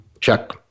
Check